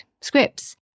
scripts